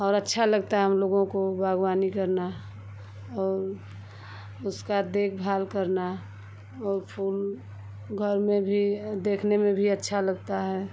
और अच्छा लगता है हम लोगों को बाग़वानी करना और उसकी देख़भाल करना और फूल घर में भी देखने में भी अच्छा लगता है